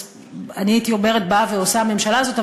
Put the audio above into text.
הייתי אומרת: באה ועושה הממשלה הזאת,